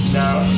now